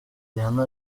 rihanna